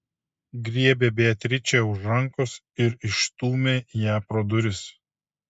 griebė beatričę už rankos ir išstūmė ją pro duris